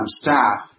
staff